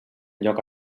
lloc